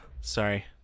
sorry